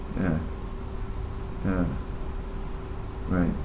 ya ya right